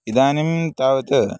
इदानीं तावत्